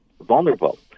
vulnerable